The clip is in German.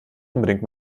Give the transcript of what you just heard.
unbedingt